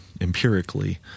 empirically